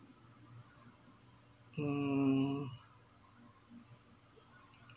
mm